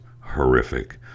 horrific